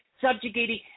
subjugating